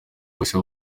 bahise